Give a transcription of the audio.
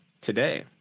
today